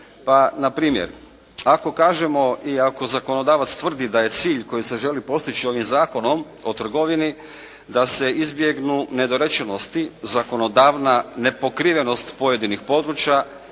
Pa npr. ako kažemo i ako zakonodavac tvrdi da je cilj koji se želi postići ovim Zakonom o trgovini da se izbjegnu nedorečenosti zakonodavna nepokrivenost pojedinih područja,